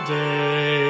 day